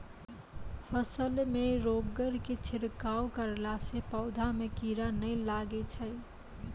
फसल मे रोगऽर के छिड़काव करला से पौधा मे कीड़ा नैय लागै छै?